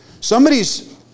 Somebody's